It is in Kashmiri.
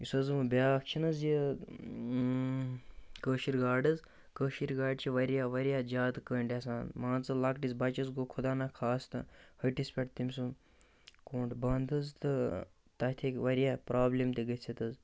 یُس حظ وۄنۍ بیٛاکھ چھِ نہٕ حظ یہِ کٲشِر گاڈٕ حظ کٲشِر گاڈِ چھِ واریاہ واریاہ زیادٕ کٔنٛڈۍ آسان مان ژٕ لۄکٹِس بَچَس گوٚو خۄدا نَخواستہٕ ۂٹِس پٮ۪ٹھ تٔمۍ سُنٛد کوٚنٛڈ بنٛد حظ تہٕ تَتھ ہیٚکہِ واریاہ پرٛابلِم تہِ گٔژھِتھ حظ